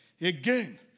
again